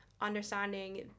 understanding